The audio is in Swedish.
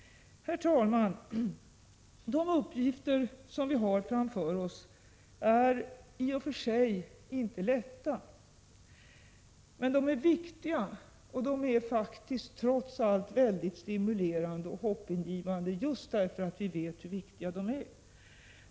Herr talman! De uppgifter vi har framför oss är i och för sig inte lätta. Men de är viktiga, och de är mycket stimulerande och hoppingivande just därför att vi vet hur viktiga de är.